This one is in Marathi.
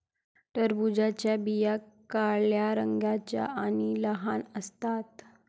टरबूजाच्या बिया काळ्या रंगाच्या आणि लहान असतात